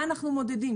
מה אנחנו מודדים?